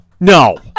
No